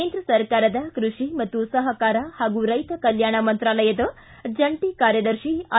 ಕೇಂದ್ರ ಸರ್ಕಾರದ ಕೃಷಿ ಮತ್ತು ಸಹಕಾರ ಹಾಗೂ ರೈತ ಕಲ್ಹಾಣ ಮಂತ್ರಾಲಯದ ಜಂಟ ಕಾರ್ಯದರ್ಶಿ ಐ